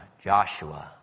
Joshua